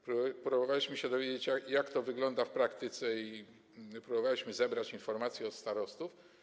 Próbowaliśmy się dowiedzieć, jak to wygląda w praktyce, i próbowaliśmy zebrać informacje od starostów.